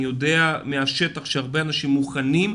אני יודע מהשטח שהרבה אנשים מוכנים,